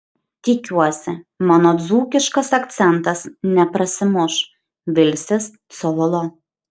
tikiuosi mano dzūkiškas akcentas neprasimuš vilsis cololo